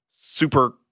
super-